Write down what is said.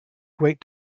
great